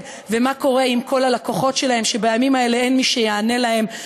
ומה קורה עם כל הלקוחות שלהם שבימים האלה אין מי שיענה להם.